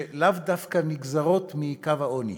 שלאו דווקא נגזרות מקו העוני.